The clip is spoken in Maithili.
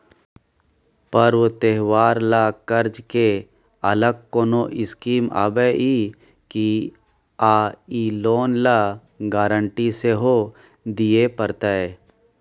पर्व त्योहार ल कर्ज के अलग कोनो स्कीम आबै इ की आ इ लोन ल गारंटी सेहो दिए परतै?